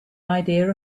idea